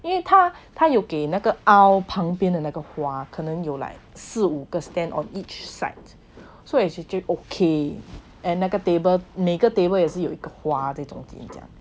因为他他有给那个 aisle 旁边的那个花可能有 like 四五个 stand on each side so is actually okay and 那个 table 每个 table 也是有一个花